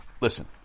Listen